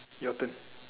your turn